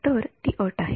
तर ती अट आहे